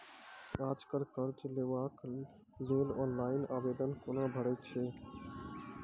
आज कल कर्ज लेवाक लेल ऑनलाइन आवेदन कूना भरै छै?